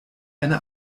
eine